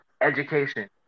education